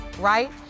Right